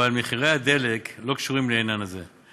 אבל מחירי הדלק לא קשורים לעניין הזה.